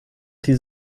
die